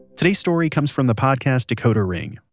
today's story comes from the podcast decoder ring.